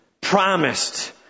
promised